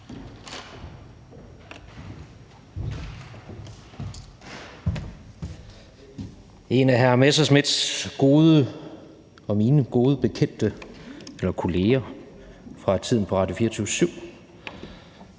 En af hr. Morten Messerschmidts og mine gode bekendte eller kolleger fra tiden på Radio24syv,